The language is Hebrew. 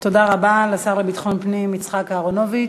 תודה רבה לשר לביטחון פנים יצחק אהרונוביץ.